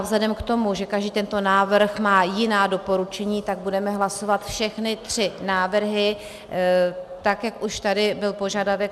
Vzhledem k tomu, že každý tento návrh má jiná doporučení, tak budeme hlasovat všechny tři návrhy tak, jak už tady byl požadavek.